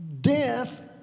Death